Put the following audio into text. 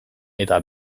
eta